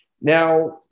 Now